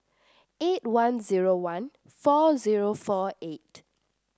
eight one zero one four zero four eight